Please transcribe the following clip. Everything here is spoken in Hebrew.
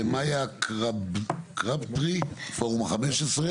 המצב הוא קרוב לקטסטרופה, וזה גם חלק ממשבר הדיור.